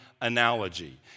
analogy